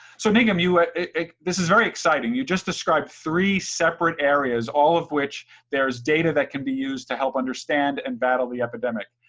so, nigam you, this is very exciting. you just described three separate areas, all of which there's data that can be used to help understand and battle the epidemic,